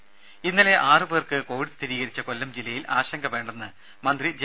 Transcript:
ത ഇന്നലെ ആറു പേർക്ക് കോവിഡ് സ്ഥിരീകരിച്ച കൊല്ലം ജില്ലയിൽ ആശങ്ക വേണ്ടെന്ന് മന്ത്രി ജെ